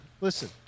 Listen